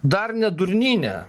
dar ne durnyne